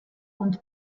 und